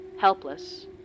helpless